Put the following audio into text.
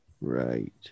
right